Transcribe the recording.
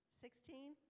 Sixteen